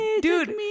dude